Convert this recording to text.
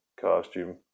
costume